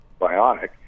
Bionic